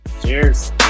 Cheers